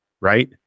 Right